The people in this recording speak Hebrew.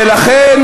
ולכן